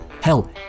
Hell